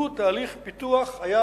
לו התחיל מראש